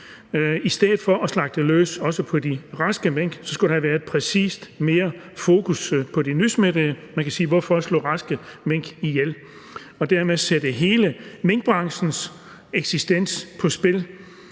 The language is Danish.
I stedet for at slagte løs også på de raske mink, skulle der have været et mere præcist fokus på de nysmittede. Man kan sige: Hvorfor slå raske mink ihjel og dermed sætte hele minkbranchens eksistens på spil?